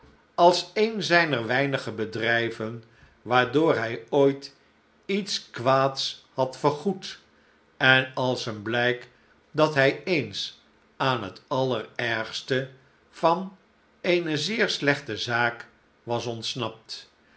als een zijner weinige bedrijven waardoor hi ooit iets kwaads had vergoed en als een blijk dat hij eens aan net allerergste van eene zeer slechte zaak was ontsnapt